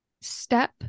Step